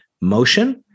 motion